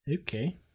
Okay